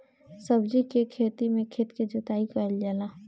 सब्जी के खेती में खेत के जोताई कईल जाला